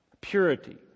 Purity